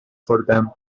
خوردم